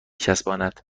چسباند